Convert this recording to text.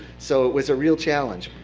so it was a real challenge.